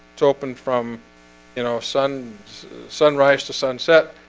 it's open from you know sun sunrise to sunset